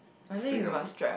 putting down mood